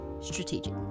strategic